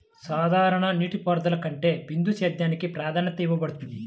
సాధారణ నీటిపారుదల కంటే బిందు సేద్యానికి ప్రాధాన్యత ఇవ్వబడుతుంది